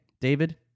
David